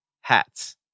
hats